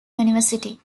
university